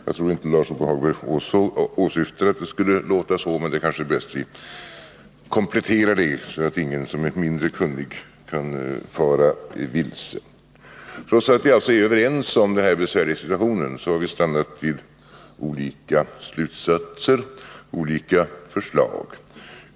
Jag tror inte Lars-Ove Hagberg avsåg att det skulle låta så, men det är kanske bäst att vi kompletterar det, så att inte någon som är mindre kunnig kan fara vilse. Trots att vi alltså är överens om det besvärliga i situationen har vi stannat vid olika slutsatser, olika förslag.